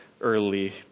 early